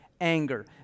anger